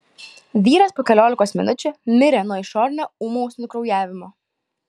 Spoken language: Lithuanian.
vyras po keliolikos minučių mirė nuo išorinio ūmaus nukraujavimo